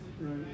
Right